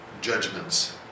judgments